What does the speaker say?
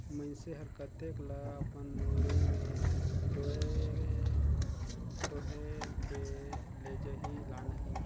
मइनसे हर कतेक ल अपन मुड़ी में डोएह डोएह के लेजही लानही